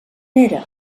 era